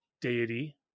deity